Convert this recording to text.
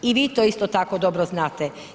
I vi to isto tako dobro znate.